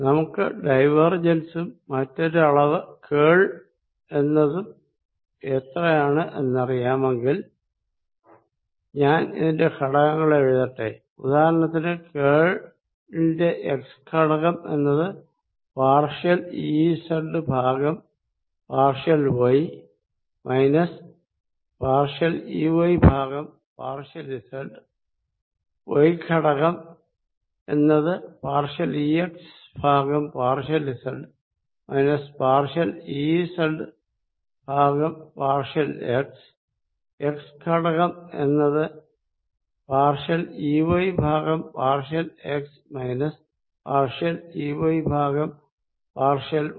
നമുക്ക് ഡൈവേർജെൻസ് ഉം മറ്റൊരു അളവ് കേൾ എന്നതും എത്രയാണ് എന്നറിയാമെങ്കിൽ ഞാൻ ഇതിന്റെ ഘടകങ്ങൾ എഴുതട്ടെ ഉദാഹരണത്തിന് കേൾ ന്റെ x ഘടകം എന്നത് പാർഷ്യൽ Ez ഭാഗം partial y minus partial Ey ഭാഗം പാർഷ്യൽ z y ഘടകം എന്നത് പാർഷ്യൽ Ex ഭാഗം partial z minus partial Ez ഭാഗം പാർഷ്യൽ x x ഘടകം എന്നത് പാർഷ്യൽ Ey ഭാഗം partial x minus partial Ey ഭാഗം പാർഷ്യൽ y